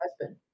husband